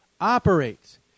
operates